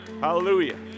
Hallelujah